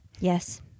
Yes